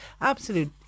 Absolute